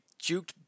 juked